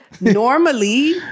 normally